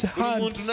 hands